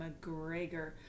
McGregor